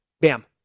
bam